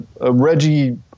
Reggie